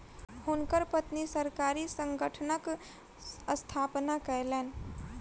हुनकर पत्नी गैर सरकारी संगठनक स्थापना कयलैन